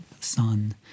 sun